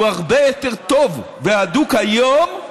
הוא הרבה יותר טוב והדוק היום,